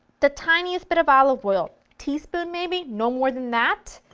the tiniest bit of olive oil, teaspoon maybe, no more than that.